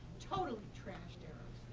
totally trashed eros.